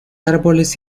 árboles